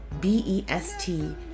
B-E-S-T